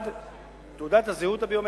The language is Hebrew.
1. תעודת הזהות הביומטרית,